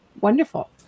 Wonderful